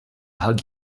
hug